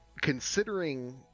Considering